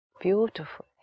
Beautiful